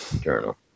Journal